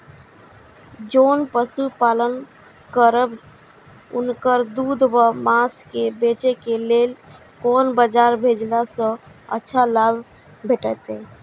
जोन पशु पालन करब उनकर दूध व माँस के बेचे के लेल कोन बाजार भेजला सँ अच्छा लाभ भेटैत?